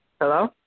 Hello